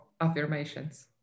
affirmations